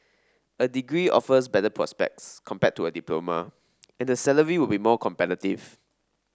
a degree offers better prospects compared to a diploma and the salary will be more competitive